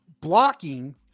blocking